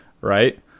right